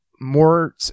more